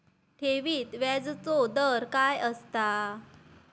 ठेवीत व्याजचो दर काय असता?